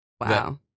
Wow